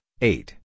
eight